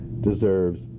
deserves